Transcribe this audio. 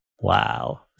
Wow